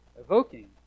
evoking